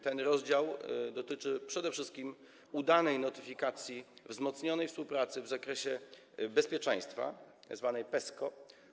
Ten rozdział dotyczy przede wszystkim udanej notyfikacji wzmocnionej współpracy w zakresie bezpieczeństwa, zwanej PESCO.